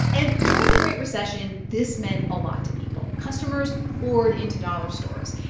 and during the great recession, this meant a lot to people. customers poured into dollar stores.